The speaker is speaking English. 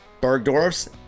bergdorf's